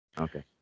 Okay